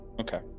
Okay